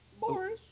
Boris